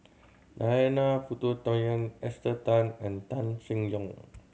Narana Putumaippittan Esther Tan and Tan Seng Yong